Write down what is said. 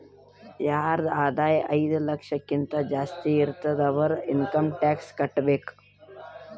ಯಾರದ್ ಆದಾಯ ಐಯ್ದ ಲಕ್ಷಕಿಂತಾ ಜಾಸ್ತಿ ಇರ್ತುದ್ ಅವ್ರು ಇನ್ಕಮ್ ಟ್ಯಾಕ್ಸ್ ಕಟ್ಟಬೇಕ್